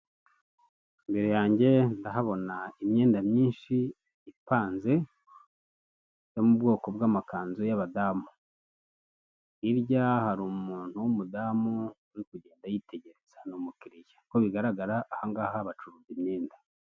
imbere yange ndahabona imyenda myinshi ipanze yo mubwoko bw'amakanzu yabadamu, hirya hari umuntu w'umudamu uri kugenda yitegereza numukiriya, uko bigaragara ahangaha bacuruza imyenda.